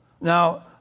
Now